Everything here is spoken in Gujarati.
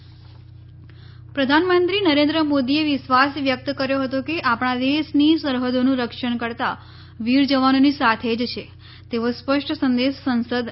પ્રધાનમંત્રી સંસદ પ્રધાનમંત્રી નરેન્દ્ર મોદીએ વિશ્વાસ વ્યક્ત કર્યો હતો કે આપણા દેશની સરહૃદોનું રક્ષણ કરતા વિર જવાનોની સાથે જ છે તેવો સ્પષ્ટ સંદેશ સંસદ આપશે